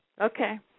okay